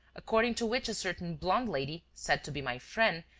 according to which a certain blonde lady, said to be my friend,